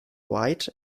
white